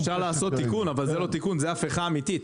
אפשר לעשות תיקון אבל זה לא תיקון אלא זאת הפיכה אמיתית.